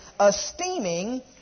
esteeming